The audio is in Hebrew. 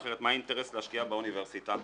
אחרת מה האינטרס להשקיע באוניברסיטה?